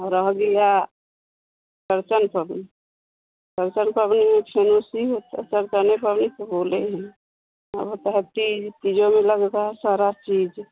रह गिया चौरचन पबनी चौरचन पबनी में अब होता हे तीज तीजो में लगता है सारा चीज